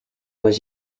was